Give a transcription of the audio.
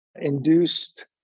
induced